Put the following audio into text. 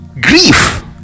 grief